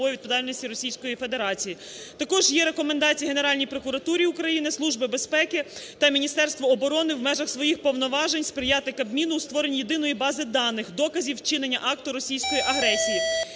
Також є рекомендації Генеральній прокуратурі України, Служби безпеки та Міністерству оборони, в межах своїх повноважень сприяти Кабміну у створенні єдиної бази даних, доказів вчинення акту російської агресії.